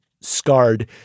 scarred